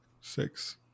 Six